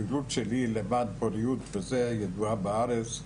הפעילות שלי למען הבריאות ידועה בארץ,